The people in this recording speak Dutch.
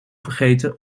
vergeten